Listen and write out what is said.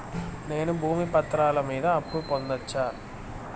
నేను భూమి పత్రాల మీద అప్పు పొందొచ్చా?